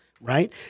right